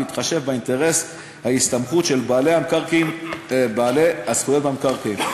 בהתחשב באינטרס ההסתמכות של בעלי הזכויות במקרקעין.